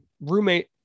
roommate